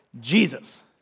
Jesus